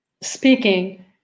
speaking